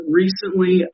recently